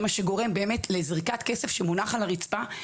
זה מה שגורם לזריקת כסף שמונח על הרצפה,